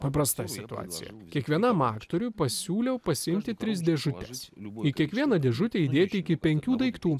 paprasta situacija kiekvienam aktoriui pasiūliau pasiimti tris dėžutes į kiekvieną dėžutę įdėti iki penkių daiktų